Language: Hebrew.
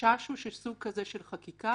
החשש הוא שסוג כזה של חקיקה,